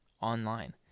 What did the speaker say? online